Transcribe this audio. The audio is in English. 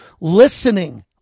listening